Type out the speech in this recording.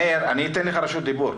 אני אתן לך רשות דיבור.